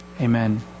Amen